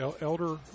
Elder